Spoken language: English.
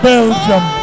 Belgium